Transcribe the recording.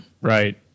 Right